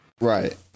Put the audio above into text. Right